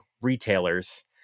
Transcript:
retailers